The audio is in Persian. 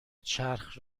چرخ